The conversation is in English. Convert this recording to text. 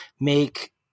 make